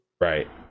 Right